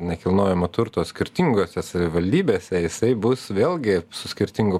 nekilnojamo turto skirtingose savivaldybėse jisai bus vėlgi su skirtingu